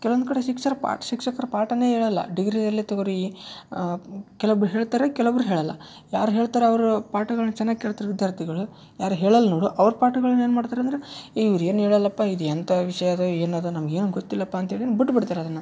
ಕೆಲವೊಂದು ಕಡೆ ಶಿಕ್ಷಕ್ರು ಪಾ ಶಿಕ್ಷಕ್ರು ಪಾಠನೇ ಹೇಳಲ್ಲ ಡಿಗ್ರಿ ಅಲ್ಲೇ ತಗೊ ರೀ ಕೆಲವೊಬ್ರು ಹೇಳ್ತಾರೆ ಕೆಲವೊಬ್ರು ಹೇಳಲ್ಲ ಯಾರು ಹೇಳ್ತಾರ ಅವರು ಪಾಠಗಳನ್ನ ಚೆನ್ನಾಗಿ ಕೇಳ್ತ್ರ್ ವಿದ್ಯಾರ್ಥಿಗಳು ಯಾರು ಹೇಳಲ್ಲ ನೋಡು ಅವ್ರು ಪಾಠಗಳನ್ನ ಏನು ಮಾಡ್ತಾರೆ ಅಂದ್ರೆ ಇವ್ರು ಏನು ಹೇಳಲ್ಲಪ್ಪ ಇದು ಎಂಥಾ ವಿಷಯ ಅದ ಏನದ ನಮಗೇನು ಗೊತ್ತಿಲ್ಲಪ್ಪ ಅಂತ್ಹೇಳಿ ಬುಟ್ಬಿಡ್ತಾರೆ ಅದನ್ನ